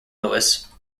lewis